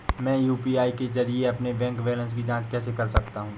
मैं यू.पी.आई के जरिए अपने बैंक बैलेंस की जाँच कैसे कर सकता हूँ?